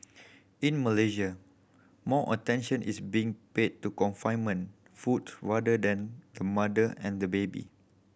in Malaysia more attention is being paid to confinement foods rather than the mother and the baby